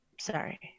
sorry